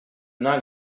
not